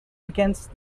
against